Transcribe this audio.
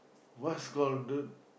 what's call the